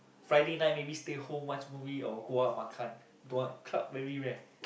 Friday night maybe stay home watch movie or go out makan don't want club very rare